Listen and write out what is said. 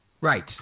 Right